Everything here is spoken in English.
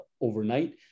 overnight